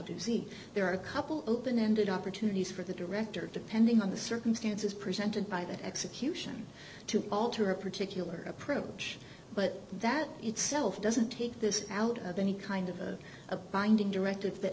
z there are a couple open ended opportunities for the director depending on the circumstances presented by that execution to alter a particular approach but that itself doesn't take this out of any kind of a binding directive that